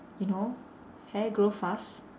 you know hair grow fast